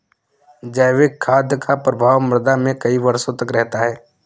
जैविक खाद का प्रभाव मृदा में कई वर्षों तक रहता है